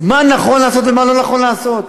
מה נכון לעשות ומה לא נכון לעשות.